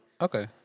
Okay